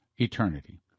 eternity